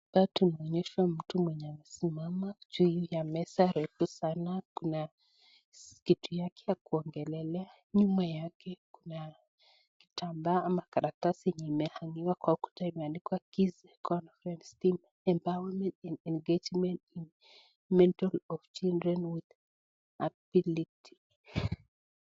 Hapa tunaonyeshwa mtu mwenye amesimama juu ya meza refu sana. Kuna kitu yake ya kuongelelea. Nyuma yake kuna kitambaa ama karatasi imehang'iwa kwa ukuta imeandikwa KISE conference Theme, Environment and engagement, Mentoring of children with ability .